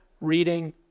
reading